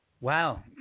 Wow